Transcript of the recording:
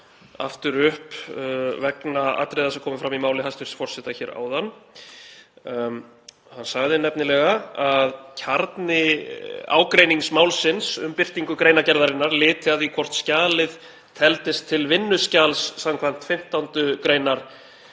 aftur upp vegna atriða sem komu fram í máli hæstv. forseta hér áðan. Hann sagði nefnilega að kjarni ágreiningsmálsins um birtingu greinargerðarinnar lyti að því hvort skjalið teldist til vinnuskjals skv. 15. gr. laga um